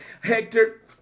Hector